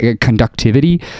Conductivity